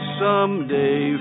someday